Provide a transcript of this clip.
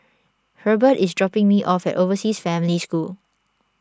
Hurbert is dropping me off at Overseas Family School